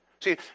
See